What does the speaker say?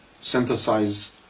synthesize